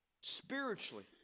spiritually